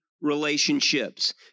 relationships